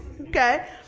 okay